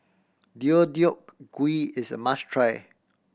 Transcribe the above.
Deodeok Gui is a must try